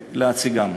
להציגן,